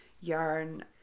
yarn